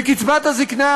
וקצבת הזיקנה,